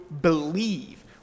believe